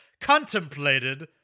contemplated